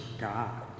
God